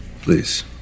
Please